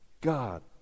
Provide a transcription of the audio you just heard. God